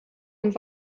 und